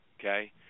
okay